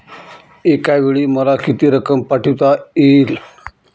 एकावेळी मला किती रक्कम पाठविता येईल?